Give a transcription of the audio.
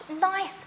nice